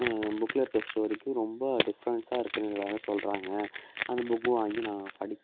புக்ல இருக்க ஸ்டோரிக்கும் ரொம்ப டிஃப்ரென்ஸாக இருக்குதுன்னு எல்லாரும் சொல்கிறாங்க அந்த புக்கை வாங்கி நான் படி